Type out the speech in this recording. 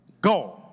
Go